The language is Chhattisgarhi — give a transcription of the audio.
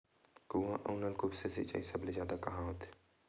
कुआं अउ नलकूप से सिंचाई सबले जादा कहां होथे?